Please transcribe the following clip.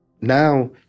Now